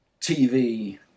TV